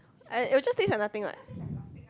I it will just taste like nothing [what]